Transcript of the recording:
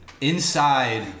inside